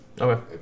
Okay